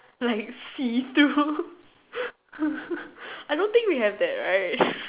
like see through I don't think we have that right